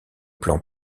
plan